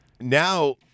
now